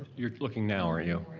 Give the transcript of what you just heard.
you're looking now, aren't you?